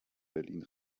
berlin